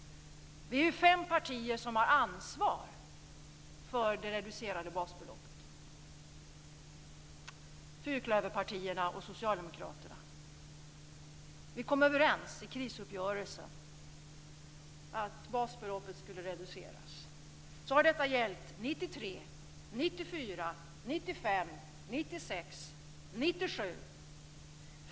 Vi är fem partier som har ansvar för det reducerade basbeloppet - fyrklöverpartierna och Socialdemokraterna. Vi kom i krisuppgörelsen överens om att basbeloppet skulle reduceras. Sedan har detta gällt 1993, 1994, 1995, 1996 och 1997.